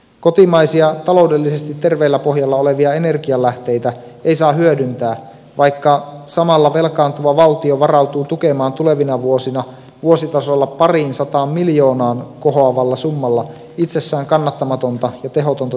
kotimaisia taloudellisesti terveellä pohjalla olevia energianlähteitä ei saa hyödyntää vaikka samalla velkaantuva valtio varautuu tukemaan tulevina vuosina vuositasolla pariin sataan miljoonaan kohoavalla summalla itsessään kannattamatonta ja tehotonta tuulivoiman tuotantoa